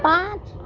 پانچ